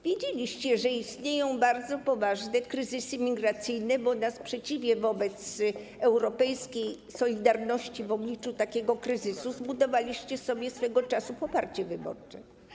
Wiedzieliście, że istnieją bardzo poważne kryzysy migracyjne, bo na sprzeciwie wobec europejskiej solidarności w obliczu takiego kryzysu zbudowaliście sobie swego czasu poparcie wyborcze.